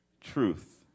truth